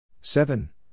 seven